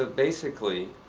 ah basically,